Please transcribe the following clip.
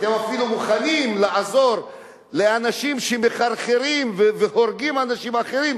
אתם אפילו מוכנים לעזור לאנשים שמחרחרים והורגים אנשים אחרים,